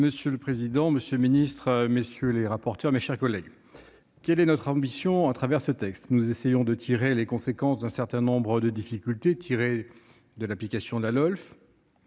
Monsieur le président, monsieur le ministre, mes chers collègues, quelle est notre ambition à travers ces textes ? Nous essayons de tirer les conséquences d'un certain nombre de difficultés rencontrées dans l'application de la LOLF.